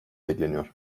bekleniyor